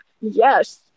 Yes